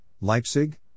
Leipzig